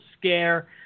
scare